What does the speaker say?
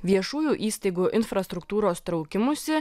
viešųjų įstaigų infrastruktūros traukimusi